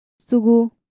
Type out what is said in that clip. Sugu